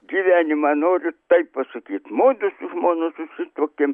gyvenimą noriu taip pasakyt mudu su žmona susituokėm